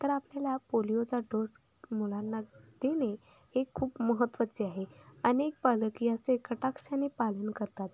तर आपल्याला पोलिओचा डोस मुलांना देणे हे खूप महत्त्वाचे आहे अनेक पालक याचे कटाक्षाने पालन करतात